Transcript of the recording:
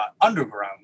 underground